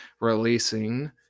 releasing